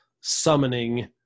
summoning